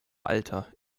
alter